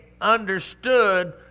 understood